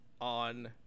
on